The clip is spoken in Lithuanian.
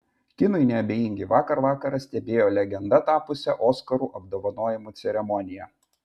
kinui neabejingi vakar vakarą stebėjo legenda tapusią oskarų apdovanojimų ceremoniją